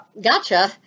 gotcha